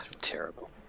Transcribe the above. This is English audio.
Terrible